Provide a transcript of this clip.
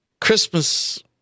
Christmas